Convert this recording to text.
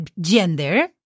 gender